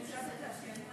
לצד התעשיינים,